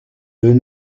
eux